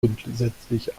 grundsätzlich